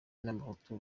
b’abahutu